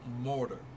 mortar